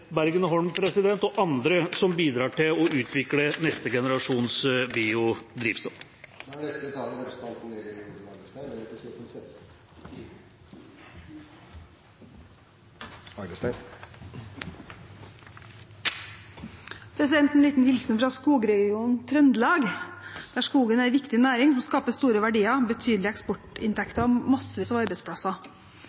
Holm og andre som bidrar til å utvikle neste generasjons biodrivstoff. En liten hilsen fra skogregionen Trøndelag, der skogen er en viktig næring og skaper store verdier, betydelige